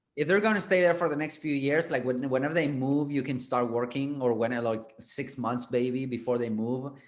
if they're going to stay there for the next few years, like whenever they move, you can start working or when i like six months, baby before they move,